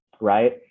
right